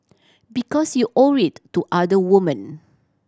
because you owe it to other woman